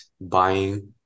buying